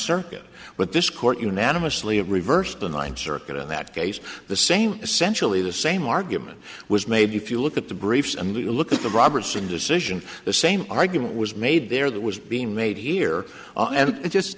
circuit but this court unanimously it reversed the ninth circuit in that case the same essentially the same argument was made if you look at the briefs and look at the robertson decision the same argument was made there that was being made here and it just